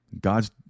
God's